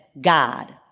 God